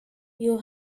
you